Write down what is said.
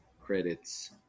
credits